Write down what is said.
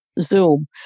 Zoom